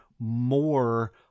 more